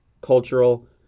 cultural